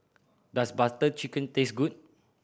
does Butter Chicken taste good